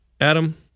adam